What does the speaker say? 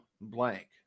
blank